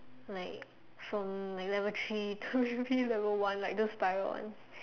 like from like level three to maybe level one like those spiral ones